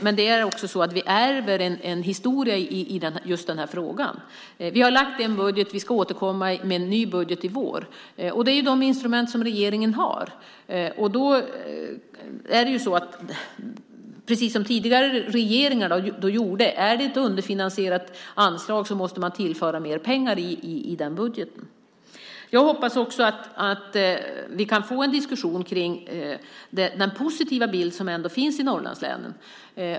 Men det är också så att vi ärver en historia i just den här frågan. Vi har lagt fram en budget. Vi ska återkomma med en ny budget i vår. Det är ju de instrument som regeringen har. Är det ett underfinansierat anslag måste man precis som tidigare regering gjorde tillföra mer pengar i den budgeten. Jag hoppas också att vi kan få en diskussion om den positiva bild som ändå finns i Norrlandslänen.